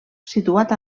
situat